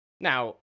Now